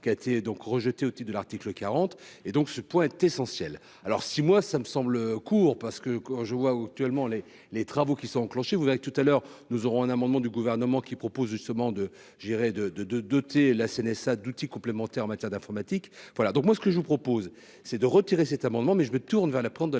qui a été donc rejeté, auteur de l'article 40 et donc ce point essentiel alors si moi ça me semble court, parce que quand je vois où actuellement les les travaux qui sont enclenchées, vous avez tout à l'heure, nous aurons un amendement du gouvernement qui propose justement de je dirais de, de, de doter la CNSA d'outils complémentaire en matière d'informatique voilà donc moi ce que je vous propose, c'est de retirer cet amendement mais je me tourne vers la porte de la